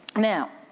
now,